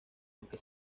aunque